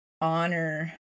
honor